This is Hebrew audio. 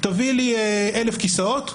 תביא לי 1,000 כיסאות?